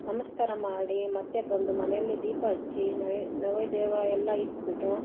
ನಮಸ್ಕಾರ ಮಾಡಿ ಮತ್ತೆ ಬಂದು ಮನೆಯಲ್ಲಿ ದೀಪ ಹಚ್ಚಿ ನೈ ನೈವೇದ್ಯವ ಎಲ್ಲ ಇಟ್ಟುಬಿಟ್ಟು